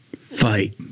Fight